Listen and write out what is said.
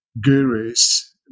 gurus